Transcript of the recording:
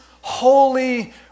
holy